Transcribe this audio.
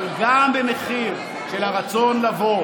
אבל גם במחיר של הרצון לבוא